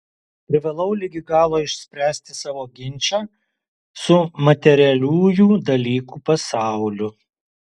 privalau ligi galo išspręsti savo ginčą su materialiųjų dalykų pasauliu